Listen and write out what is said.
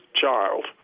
child